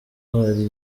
hari